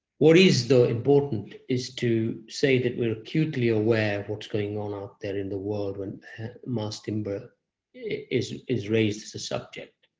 what is, though, important is to say that we are acutely aware of what's going on out there in the world when mass timber is is raised as a subject.